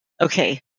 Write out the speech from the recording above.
Okay